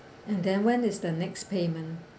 and then when is the next payment